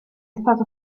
stato